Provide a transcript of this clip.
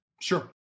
Sure